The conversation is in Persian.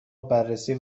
بررسی